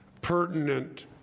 pertinent